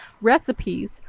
recipes